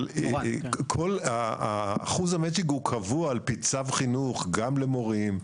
אבל אחוז המצ'ינג הוא קבוע על פי צו חינוך גם למורים,